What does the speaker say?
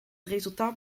resultaat